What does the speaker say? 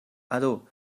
ador